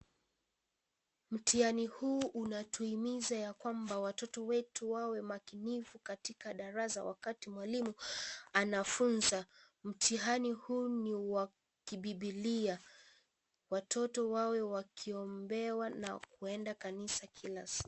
Mtihani huu unatuhimiza ya kwamba, watoto wetu wawe makinifu katika darasa wakati mwalimu anafunza. Mtihani huu, ni wa kibibilia. Watoto wawe wakiombewa na kuenda kanisa kila siku.